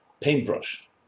paintbrush